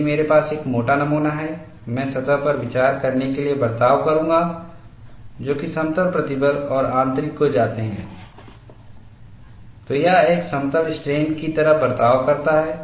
यदि मेरे पास एक मोटा नमूना है मैं सतह पर विचार करने के लिए बर्ताव करूंगा जो कि समतल प्रतिबल और आंतरिक को जाते हैं तो यह एक समतल स्ट्रेन की तरह बर्ताव करता है